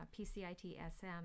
PCIT-SM